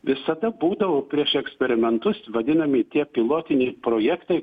visada būdavo prieš eksperimentus vadinami tie pilotiniai projektai